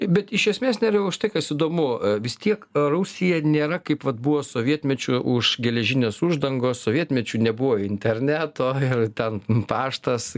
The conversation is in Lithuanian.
bet iš esmės nerijau štai kas įdomu vis tiek rusija nėra kaip vat buvo sovietmečiu už geležinės uždangos sovietmečiu nebuvo interneto ir ten paštas